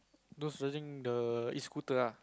those riding the e-scooter ah